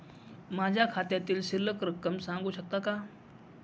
माझ्या खात्यातील शिल्लक रक्कम सांगू शकता का?